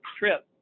trip